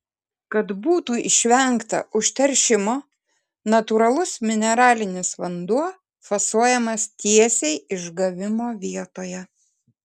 kad būtų išvengta užteršimo natūralus mineralinis vanduo fasuojamas tiesiai išgavimo vietoje